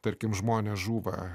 tarkim žmonės žūva